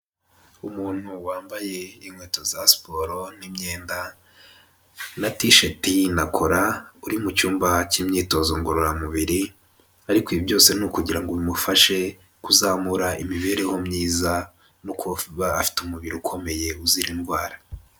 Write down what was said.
Umuntu wambaye inkweto za siporo n'imyenda na tisheti na kora uri mu cyumba cy'imyitozo ngororamubiri. Ariko ibi byose ni ukugira ngo bimufashe kuzamura imibereho myiza no kuba afite umubiri ukomeye uzira indwara.